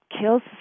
kills